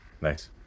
Nice